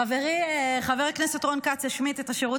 חברי חבר הכנסת רון כץ השמיט את השירות